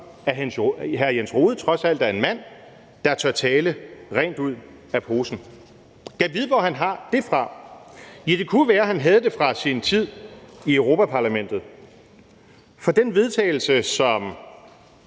at hr. Jens Rohde trods alt er en mand, der tør tale rent ud af posen. Gad vide, hvor han har det fra. Ja, det kunne jo være, han havde det fra sin tid i Europa-Parlamentet. For den vedtagelse, som